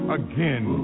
again